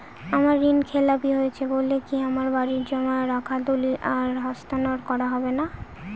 আমার ঋণ খেলাপি হয়েছে বলে কি আমার বাড়ির জমা রাখা দলিল আর হস্তান্তর করা হবে না?